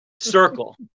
circle